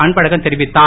அன்பழகன் தெரிவித்தார்